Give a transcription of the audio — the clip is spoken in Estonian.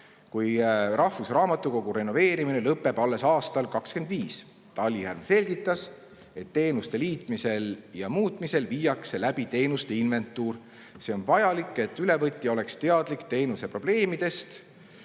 kui rahvusraamatukogu renoveerimine lõpeb alles aastal 2025. Talihärm selgitas, et teenuste liitmisel ja muutmisel viiakse läbi teenuste inventuur. See on vajalik, et ülevõtja oleks teadlik teenuse probleemidest,